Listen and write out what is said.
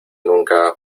nunca